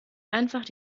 einfach